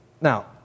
Now